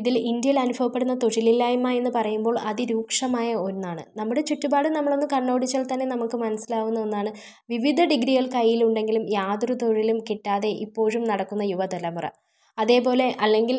ഇതിൽ ഇന്ത്യയിൽ അനുഭവപ്പെടുന്ന തൊഴിലില്ലായ്മ എന്ന് പറയുമ്പോൾ അതിരൂക്ഷമായ ഒന്നാണ് നമ്മുടെ ചുറ്റുപാടും നമ്മൾ ഒന്ന് കണ്ണോടിച്ചാൽ തന്നെ നമുക്ക് മനസ്സിലാവുന്ന ഒന്നാണ് വിവിധ ഡിഗ്രികൾ കയ്യിൽ ഉണ്ടെങ്കിലും യാതൊരു തൊഴിലും കിട്ടാതെ ഇപ്പോഴും നടക്കുന്ന യുവതലമുറ അതേപോലെ അല്ലെങ്കിൽ